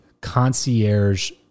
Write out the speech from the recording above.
concierge